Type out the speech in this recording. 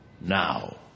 now